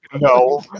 no